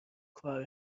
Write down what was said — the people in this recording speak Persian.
کار